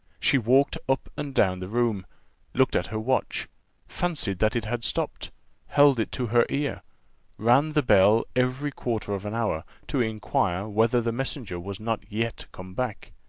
she walked up and down the room looked at her watch fancied that it had stopped held it to her ear ran the bell every quarter of an hour, to inquire whether the messenger was not yet come back.